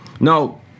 Now